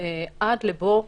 עד לבוא שוטר.